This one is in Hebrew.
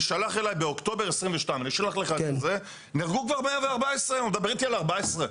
אז לתאונות מבחינת האוצר,